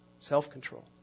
self-control